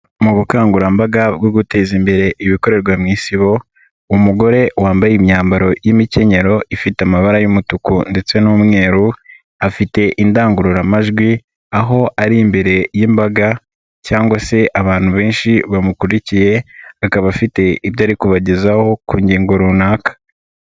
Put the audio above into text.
Mu bukangurambaga bwo guteza imbere ibikorerwa mu isibo, umugore wambaye imyambaro y'imikenyero, ifite amabara y'umutuku ndetse n'umweru, afite indangururamajwi, aho ari imbere y'imbaga cyangwa se abantu benshi bamukurikiye, akaba afite ibyo ari kubagezaho ku ngingo runaka.